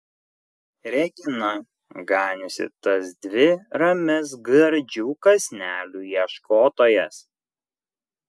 regina ganiusi tas dvi ramias gardžių kąsnelių ieškotojas